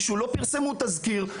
לא פרסמו תזכיר,